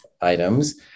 items